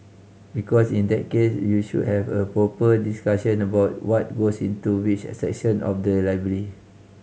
because in that case you should have a proper discussion about what goes into which section of the library